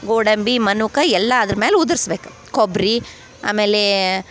ಗೋಡಂಬಿ ಮನುಕ ಎಲ್ಲ ಅದ್ರ ಮೇಲೆ ಉದ್ರಸ್ಬೇಕು ಕೊಬ್ಬರಿ ಆಮೇಲೆ